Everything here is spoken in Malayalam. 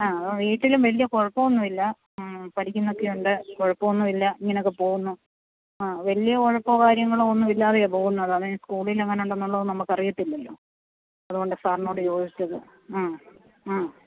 ആ അവൻ വീട്ടിലും വലിയ കുഴപ്പമൊന്നും ഇല്ല പഠിക്കുന്നൊക്കെയുണ്ട് ഉണ്ട് കുഴപ്പം ഒന്നുമില്ല ഇങ്ങനൊക്കെ പോകുന്നു ആ വലിയ ഉഴപ്പോ കാര്യങ്ങളോ ഒന്നും ഇല്ലാതെയാ പോകുന്നത് അത് സ്കൂളിലെങ്ങനെ ഉണ്ടെന്നുള്ളത് നമുക്ക് അറിയത്തില്ലല്ലോ അതുകൊണ്ടാണ് സാറിനോട് ചോദിച്ചത് ആ ആ